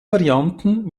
varianten